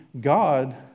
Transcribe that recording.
God